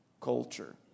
culture